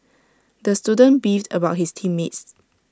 the student beefed about his team mates